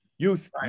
Youth